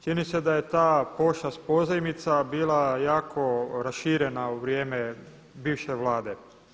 Čini se da je ta pošast pozajmica bila jako raširena u vrijeme bivše Vlade.